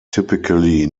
typically